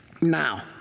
Now